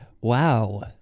Wow